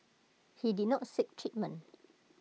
he did not seek treatment